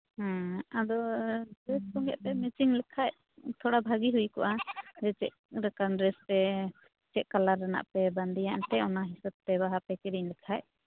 ᱦᱩᱸ ᱟᱫᱚ ᱰᱨᱮᱥ ᱥᱚᱸᱜᱮ ᱯᱮ ᱢᱮᱪᱤᱝ ᱞᱮᱠᱷᱟᱱ ᱛᱷᱚᱲᱟ ᱵᱷᱟᱹᱜᱤ ᱦᱩᱭ ᱠᱚᱜᱼᱟ ᱥᱮ ᱪᱮᱫ ᱞᱮᱠᱟᱱ ᱰᱨᱮᱥ ᱥᱮ ᱪᱮᱫ ᱠᱟᱞᱟᱨ ᱨᱮᱱᱟᱜ ᱯᱮ ᱵᱟᱸᱫᱮᱭᱟ ᱮᱱᱛᱮ ᱚᱱᱟ ᱦᱤᱸᱥᱟᱹᱵᱛᱮ ᱵᱟᱦᱟ ᱯᱮ ᱠᱤᱨᱤᱧ ᱞᱮᱠᱷᱟᱱ